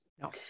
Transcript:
No